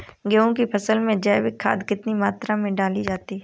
गेहूँ की फसल में जैविक खाद कितनी मात्रा में डाली जाती है?